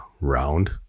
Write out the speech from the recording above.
round